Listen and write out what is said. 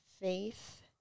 faith